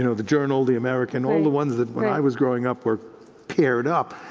you know the journal, the american, all the ones that when i was growing up were paired up.